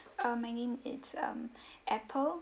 um my name is um apple